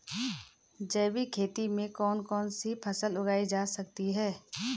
जैविक खेती में कौन कौन सी फसल उगाई जा सकती है?